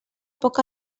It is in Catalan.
poc